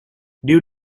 due